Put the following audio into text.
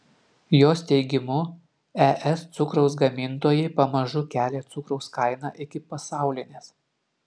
jos teigimu es cukraus gamintojai pamažu kelia cukraus kainą iki pasaulinės